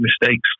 mistakes